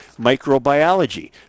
Microbiology